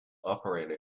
operator